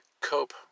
cope